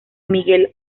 miguel